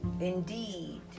indeed